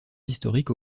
historiques